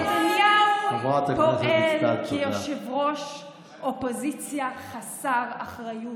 נתניהו פועל כיושב-ראש אופוזיציה חסר אחריות,